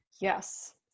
Yes